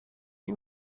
you